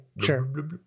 sure